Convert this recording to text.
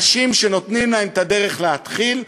אנשים שנותנים להם את הדרך להתחיל,